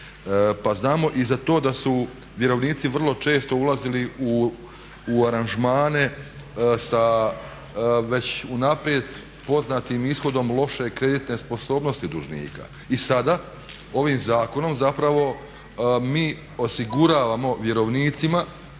Pa znamo i za to da su vjerovnici vrlo često ulazili u aranžmane sa već unaprijed poznatim ishodom loše kreditne sposobnosti dužnika. I sada ovim zakonom zapravo mi osiguravamo vjerovnicima